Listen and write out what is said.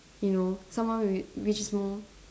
you know someone whi~ which is more